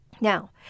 Now